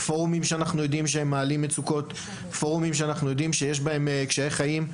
פורומים שאנחנו יודעים שהם מעלים מצוקות ושיש בהם קשיי חיים.